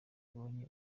ibonye